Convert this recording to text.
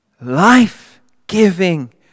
life-giving